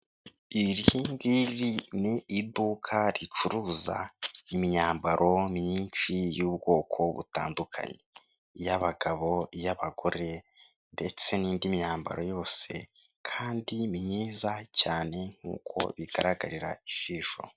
Iri ngiri ni iduka ricuruza imyambaro myinshi y'ubwoko butandukanye iy'abagabo, iy'abagore ndetse n'indi myambaro yose kandi myiza cyane nk'uko bigaragarira ijisho.